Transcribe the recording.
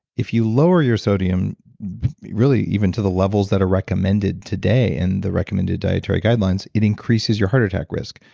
if you lower your sodium really even to the levels that are recommended today and the recommended dietary guidelines, it increases your heart attack risk,